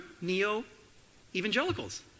neo-evangelicals